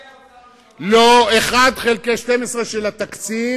מה עשו שרי אוצר לשעבר, לא, 1 חלקי 12 של התקציב.